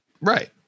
Right